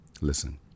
Listen